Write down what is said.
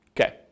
Okay